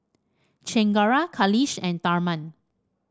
Chengara Kailash and Tharman